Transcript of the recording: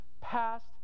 Past